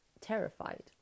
terrified